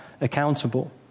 accountable